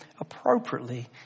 appropriately